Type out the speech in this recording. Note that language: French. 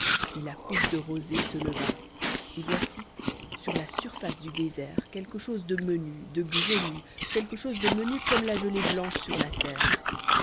et la couche de rosée se leva et voici sur la surface du désert quelque chose de menu de grenu quelque chose de menu comme la gelée blanche sur la terre